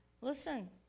Listen